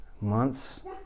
months